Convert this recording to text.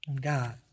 God